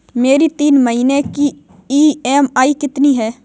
मेरी तीन महीने की ईएमआई कितनी है?